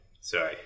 Sorry